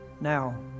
now